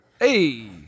Hey